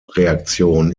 reaktion